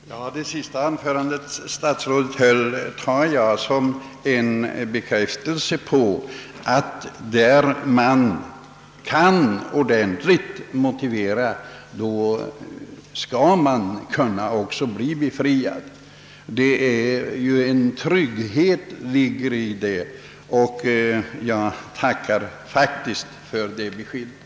Herr talman! Det senaste anförandet som statsrådet höll tar jag som en bekräftelse på att när man kan motivera sin ansökan ordentligt, då skall man vara säker på att kunna bli befriad. Däri ligger ju en trygghet, och jag tackar för det beskedet.